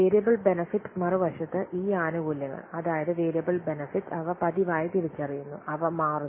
variable benefit മറുവശത്ത് ഈ ആനുകൂല്യങ്ങൾ അതായത് വേരിയബിൾ ബെനെഫിറ്റ് അവ പതിവായി തിരിച്ചറിയുന്നു അവ മാറുന്നു